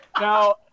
Now